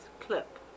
clip